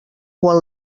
quan